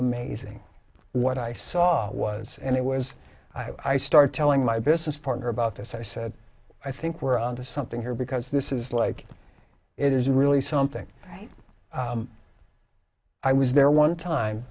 amazing what i saw was and it was i started telling my business partner about this i said i think we're on to something here because this is like it is really something right i was there one time